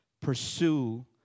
Pursue